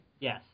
Yes